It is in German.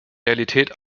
realität